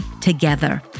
together